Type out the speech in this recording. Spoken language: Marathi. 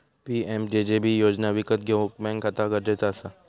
पी.एम.जे.जे.बि योजना विकत घेऊक बॅन्क खाता गरजेचा असा